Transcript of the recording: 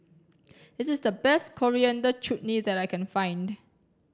this is the best Coriander Chutney that I can find